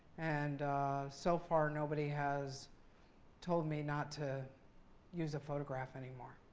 and so far, nobody has told me not to use a photograph anymore.